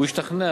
הוא השתכנע,